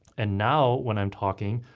and now when i'm talking,